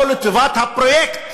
או לטובת הפרויקט